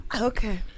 Okay